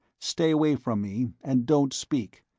stay away from me and don't speak,